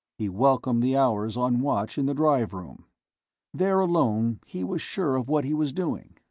he welcomed the hours on watch in the drive room there alone he was sure of what he was doing.